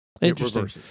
Interesting